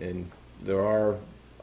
and there are a